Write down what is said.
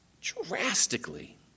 drastically